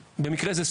אחת,